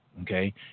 okay